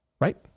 Right